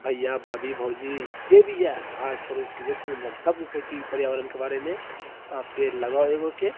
भैया भाभी भौजी जे भी यऽआस पड़ोस जतेक भी इन्सान सबके कहैत छियै पर्यावरणके बारेमे अहाँ पेड़ लगाउ एगोके